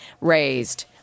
raised